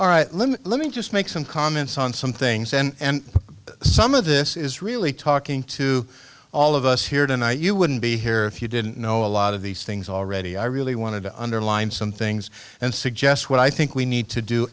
all right let me just make some comments on some things and some of this is really talking to all of us here tonight you wouldn't be here if you didn't know a lot of these things already i really want to underline some things and suggest what i think we need to do